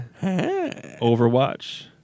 Overwatch